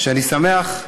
שאני שמח,